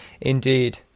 Indeed